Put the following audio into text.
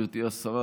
גברתי השרה,